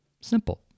Simple